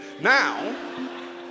Now